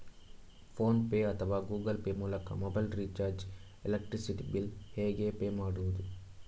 Phone pay ಅಥವಾ Google pay ಮೂಲಕ mobile recharge, electricity bill ಹೇಗೆ ಪೇ ಮಾಡುವುದು?